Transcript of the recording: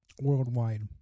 worldwide